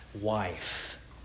wife